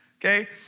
okay